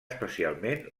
especialment